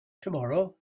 tomorrow